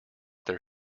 their